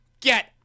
Get